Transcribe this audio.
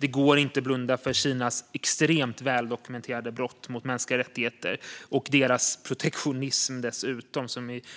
Det går inte att blunda för Kinas extremt väldokumenterade brott mot mänskliga rättigheter och för Kinas protektionism,